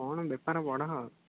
କ'ଣ ବେପାର ବଢ଼ାଅ